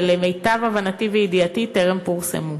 ולמיטב הבנתי וידיעתי טרם פורסמו?